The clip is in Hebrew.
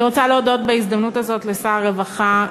אני רוצה להודות בהזדמנות הזאת לשר הרווחה,